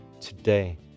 today